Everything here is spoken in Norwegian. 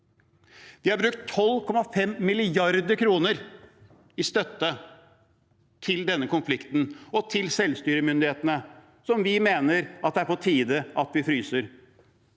Vi har brukt 12,5 mrd. kr på støtte til denne konflikten og til selvstyremyndighetene, støtte som vi mener det er på tide at vi fryser.